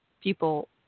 people